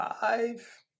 five